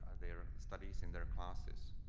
and their studies, in their classes.